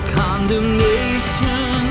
condemnation